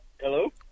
Hello